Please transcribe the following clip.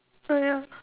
oh ya